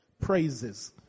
praises